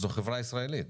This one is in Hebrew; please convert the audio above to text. זו חברה ישראלית.